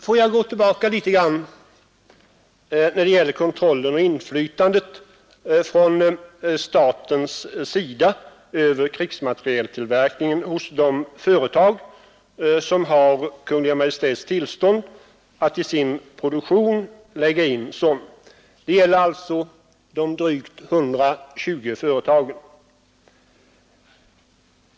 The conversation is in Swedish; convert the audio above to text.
Får jag gå litet tillbaka och säga något om statens kontroll av och inflytande hos de företag som har Kungl. Majtis tillstånd att i sin produktion framställa även krigsmateriel. Det gäller alltså de 125 företagen.